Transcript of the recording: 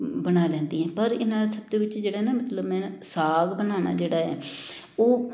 ਬਣਾ ਲੈਂਦੀ ਹਾਂ ਪਰ ਇਹਨਾਂ ਸਭ ਦੇ ਵਿੱਚ ਜਿਹੜਾ ਨਾ ਮਤਲਬ ਮੈਂ ਨਾ ਸਾਗ ਬਣਾਉਣਾ ਜਿਹੜਾ ਹੈ ਉਹ